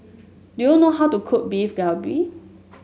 do you know how to cook Beef Galbi